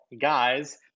guys